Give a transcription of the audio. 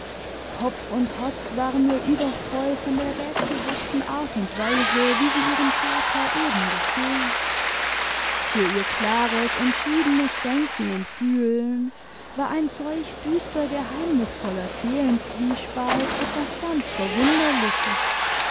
kopf und herz waren ihr übervoll von der rätselhaften art und weise wie sie ihren vater eben gesehen für ihr klares entschiedenes denken und fühlen war ein solch düster geheimnisvoller seelenzwiespalt etwas ganz verwunderliches